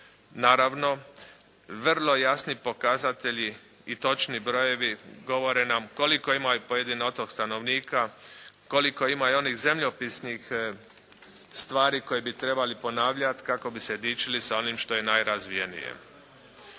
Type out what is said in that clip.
Naravno, vrlo jasni pokazatelji i točni brojevi govore nam koliko ima pojedini otok stanovnika, koliko ima i onih zemljopisnih stvari koje bi trebali ponavljat kako bi se dičili sa onim što je najrazvijenije.